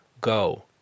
Go